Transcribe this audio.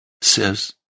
says